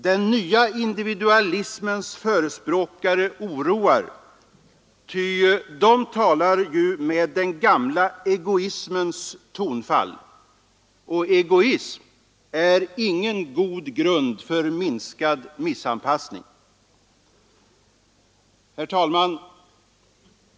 Den ”nya individualismens” förespråkare oroar, ty de talar ju med den gamla egoismens tonfall. Egoism är ingen god grund för minskad missanpassning. Herr talman!